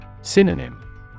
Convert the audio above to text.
Synonym